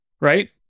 right